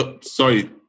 Sorry